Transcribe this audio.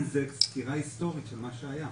זו סקירה היסטורית של מה שהיה.